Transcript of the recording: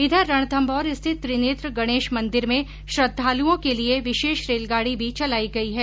इधर रणथम्भौर स्थित त्रिनेत्र गणेश मंदिर में श्रद्वालुओं के लिये विशेष रेलगाडी भी चलाई गई है